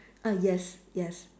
ah yes yes